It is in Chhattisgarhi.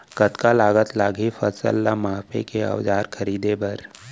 कतका लागत लागही फसल ला मापे के औज़ार खरीदे बर?